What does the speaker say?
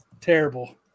Terrible